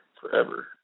forever